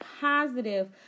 positive